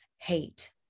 hate